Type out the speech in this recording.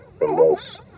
remorse